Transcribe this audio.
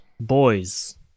Boys